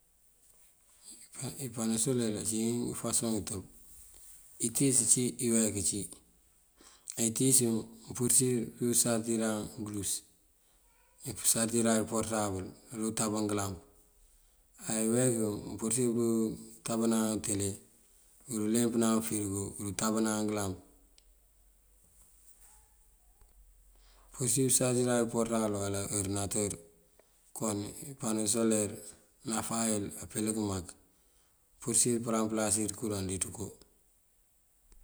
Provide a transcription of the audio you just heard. Ngëpano soler ací ngëfasoŋ ngëtëb: itíis ací, ayeek cí. Etíis yun mëmpurësir pësarësiran ngëlus, nëmpësarësiran porëtabël, ayú tában ngëlamp. Má iyekun mëmpurësir pëntábanan yël utele, kurëleempëne ufërigo, kuntábanan ngëlamp, mëmpurësir pësarësëran porëtabël uwala ngëworëdinatër. Kon pano soler náfá yël apelëk mak. Apurësir përampëlas kuraŋ dí ţëko.